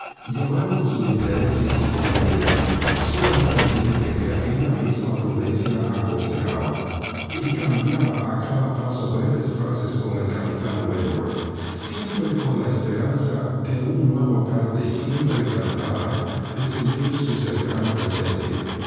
llevando su interés y su cordialidad sólo hasta el límite que aquella misma prudencia aconsejaba y cambiaba a cada paso breves frases con el capitán wentworth siempre con la esperanza de un nuevo aparte y siempre encantada de sentir su cercana presencia